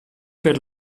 per